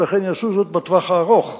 וכן יעשו זאת בטווח הארוך,